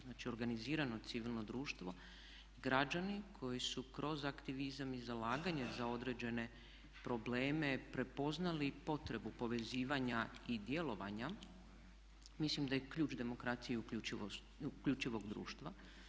Znači, organizirano civilno društvo, građani koji su kroz aktivizam i zalaganje za određene probleme prepoznali potrebu povezivanja i djelovanja mislim da je ključ demokracije i uključivog društva.